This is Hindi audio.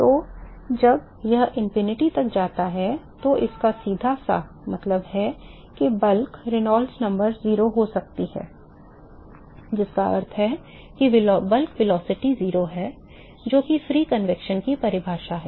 तो जब यह अनंत तक जाता है तो इसका सीधा सा मतलब है कि bulk Reynolds number 0 हो जाती है जिसका अर्थ है कि bulk velocity 0 है जो कि मुक्त संवहन की परिभाषा है